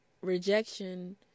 rejection